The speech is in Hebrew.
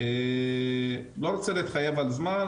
אני לא רוצה להתחייב על זמן,